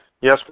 Yes